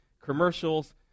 commercials